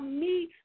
meet